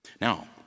Now